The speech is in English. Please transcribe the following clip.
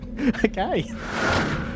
Okay